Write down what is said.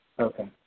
Okay